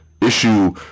issue